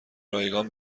رایگان